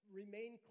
remain